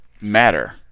matter